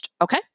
okay